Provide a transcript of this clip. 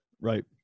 Right